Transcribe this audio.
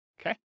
Okay